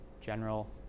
general